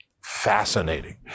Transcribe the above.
fascinating